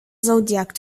zodiac